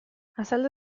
azaldu